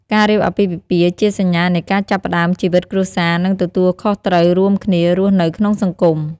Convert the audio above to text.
ការរៀបអាពាហ៍ពិពាហ៍ ជាសញ្ញានៃការចាប់ផ្តើមជីវិតគ្រួសារ និងទទួលខុសត្រូវរួមគ្នារស់នៅក្នុងសង្គម។